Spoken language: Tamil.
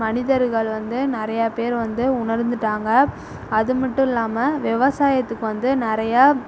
மனிதர்கள் வந்து நிறையா பேர் வந்து உணர்ந்துட்டாங்க அதுமட்டும் இல்லாமல் விவசாயத்துக்கு வந்து நிறையா